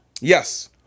yes